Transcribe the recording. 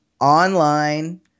online